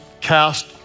cast